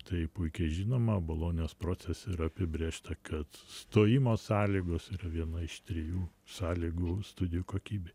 tai puikiai žinoma bolonijos procese yra apibrėžta kad stojimo sąlygos yra viena iš trijų sąlygų studijų kokybė